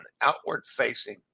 outward-facing